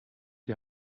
die